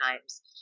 times